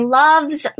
loves